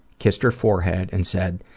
kissed her forehead, and said,